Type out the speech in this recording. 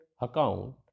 account